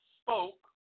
spoke